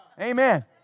Amen